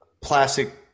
plastic